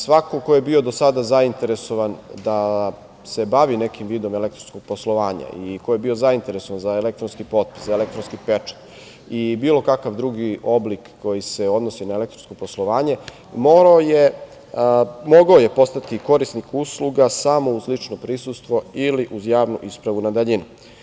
Svako ko je bio do sada zainteresovan da se bavi nekim vidom elektronskog poslovanja i ko je bio zainteresovan za elektronski potpis, elektronski pečat i bilo kakav drugi oblik koji se odnosi na elektronsko poslovanje mogao je postati korisnik usluga samo uz lično prisustvo ili uz javnu ispravu na daljinu.